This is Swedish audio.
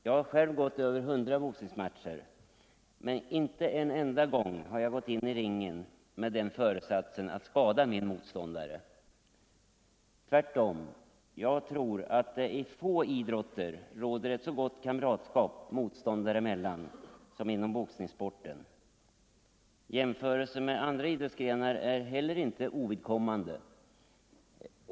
Jag har själv gått över hundra boxningsmatcher, men ingen enda gång har jag gått in i ringen med föresatsen att skada min motståndare. Tvärtom — jag tror att det i få idrotter råder ett så gott kamratskap motståndare emellan som inom boxningssporten. Jämförelser med andra idrottsgrenar är heller inte ovidkommande.